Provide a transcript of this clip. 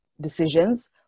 decisions